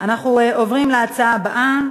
אנחנו עוברים להצעה הבאה,